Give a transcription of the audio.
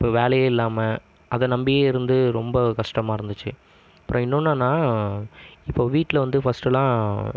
இப்போ வேலையே இல்லாமல் அதை நம்பியே இருந்து ரொம்ப கஷ்டமாக இருந்துச்சு அப்புறம் இன்னோன்னுன்னால் இப்போ வீட்டில் வந்து ஃபஸ்ட்டெல்லாம்